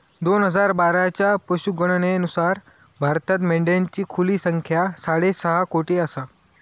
दोन हजार बाराच्या पशुगणनेनुसार भारतात मेंढ्यांची खुली संख्या साडेसहा कोटी आसा